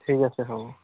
ঠিক আছে হ'ব